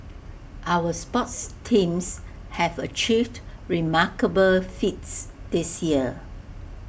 our sports teams have achieved remarkable feats this year